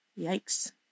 Yikes